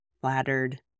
Flattered